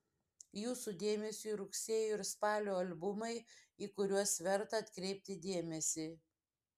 jūsų dėmesiui rugsėjo ir spalio albumai į kuriuos verta atkreipti dėmesį